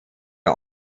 der